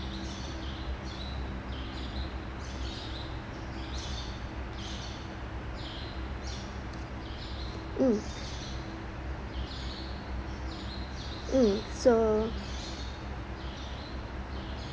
mm mm so